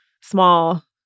small